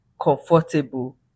comfortable